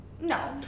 No